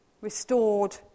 restored